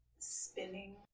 spinning